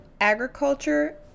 agriculture